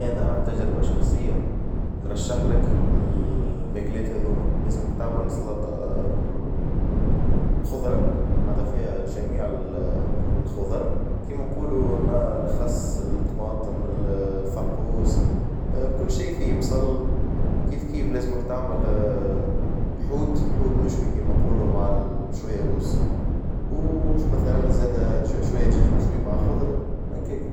أنا عن تجربة شخصية نرشح لك الماكلات هاذوما لازمك تعمل السلاطة بالخظرة معنتها فيها جميع الخظر، كيما نقولو الخس الطماطم الفقوس كل شي فيه بصل وكيف كيف لازمك تعمل حوت حوت مشوي كيما نقولو مع الشوية رز و مثلًا زادا شوية دجاج مشوي مع خظرة هكاك.